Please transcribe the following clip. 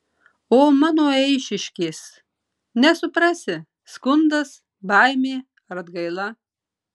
o mano eišiškės nesuprasi skundas baimė ar atgaila